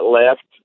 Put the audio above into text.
left